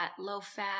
low-fat